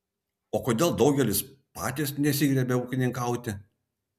o kodėl daugelis patys nesigriebia ūkininkauti